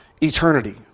eternity